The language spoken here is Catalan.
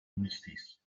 monestirs